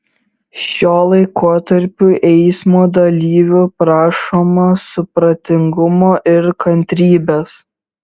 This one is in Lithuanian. šiuo laikotarpiu eismo dalyvių prašoma supratingumo ir kantrybės